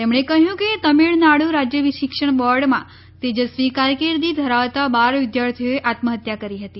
તેમણે કહ્યું કે તમીળનાડુ રાજ્ય શિક્ષણ બોર્ડમાં તેજસ્વી કારકીર્દી ધરાવતા બાર વિદ્યાર્થીઓએ આત્મહત્યા કરી હતી